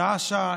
שעה-שעה.